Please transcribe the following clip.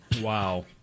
wow